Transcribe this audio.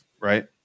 Right